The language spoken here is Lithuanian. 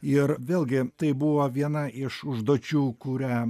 ir vėlgi tai buvo viena iš užduočių kurią